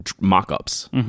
mock-ups